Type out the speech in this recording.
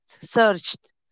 searched